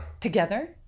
Together